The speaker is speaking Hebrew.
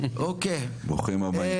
ברוכים הבאים.